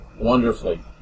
wonderfully